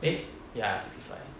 eh ya sixty five